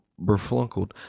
berflunkled